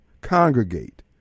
congregate